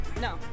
No